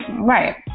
right